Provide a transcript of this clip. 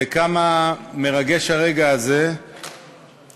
וכמה מרגש הרגע הזה שבו